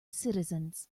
citizens